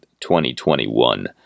2021